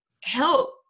help